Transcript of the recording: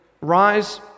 Rise